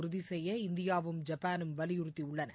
உறுதிசெய்ய இந்தியாவும் ஜப்பானும் வலியுறுத்தியுள்ளன